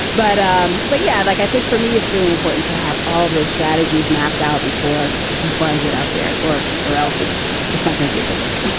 but um but yeah, like i think for me, it's really important to have all of those strategies mapped out before before i get out there or or else it's it's not going to be a good look